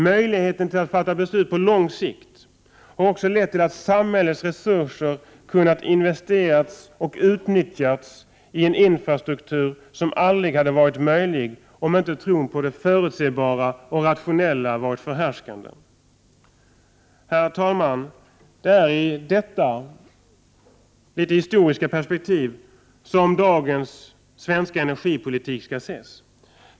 Möjligheten att fatta beslut på lång sikt har också lett till att samhällets resurser kunnat investeras och utnyttjas i en infrastruktur som aldrig hade varit möjligt om inte tron på det förutsebara och rationella varit förhärskande. Herr talman! Det är i detta historiska perspektiv som dagens svenska energipolitik skall ses.